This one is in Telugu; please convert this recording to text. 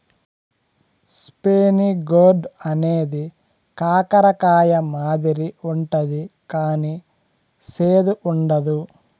స్పైనీ గోర్డ్ అనేది కాకర కాయ మాదిరి ఉంటది కానీ సేదు ఉండదు